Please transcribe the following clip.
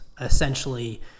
essentially